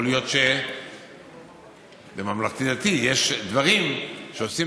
יכול להיות שבממלכתי-דתי יש דברים שעושים